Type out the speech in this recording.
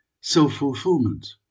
self-fulfillment